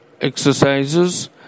exercises